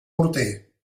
morter